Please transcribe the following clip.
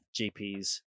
GPs